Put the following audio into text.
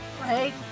right